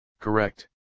Correct